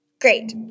Great